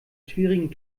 schwierigen